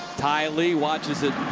ty lee watches it